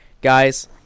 guys